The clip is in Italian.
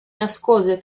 nascose